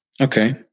Okay